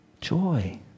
Joy